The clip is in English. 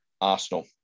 Arsenal